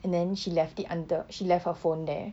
and then she left it under she left her phone there